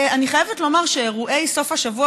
אני חייבת לומר שאירועי סוף השבוע